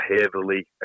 heavily